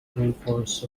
rainforests